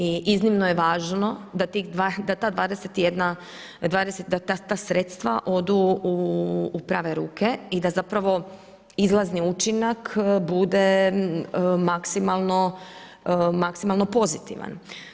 I iznimno je važno da ta 21, da ta sredstva odu u prave ruke i da zapravo izlazni učinak bude maksimalno pozitivan.